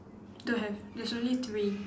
don't have there's only three